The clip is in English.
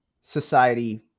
society